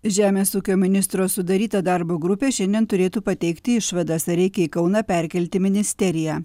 žemės ūkio ministro sudaryta darbo grupė šiandien turėtų pateikti išvadas ar reikia į kauną perkelti ministeriją